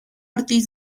ortiz